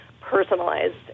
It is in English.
personalized